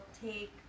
take